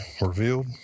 revealed